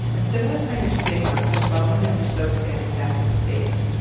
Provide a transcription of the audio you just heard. a similar kind of stigma was bubbling up for sok's family back in the states.